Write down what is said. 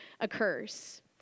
occurs